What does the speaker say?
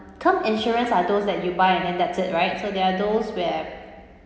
term insurance are those that you buy and then that's it right so there are those where